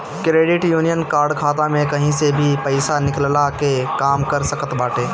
credit union card खाता में कही से भी पईसा निकलला के काम कर सकत बाटे